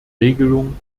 regelung